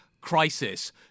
crisis